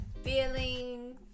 Feelings